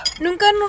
Nunca